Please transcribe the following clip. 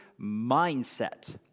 mindset